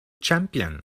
champion